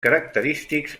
característics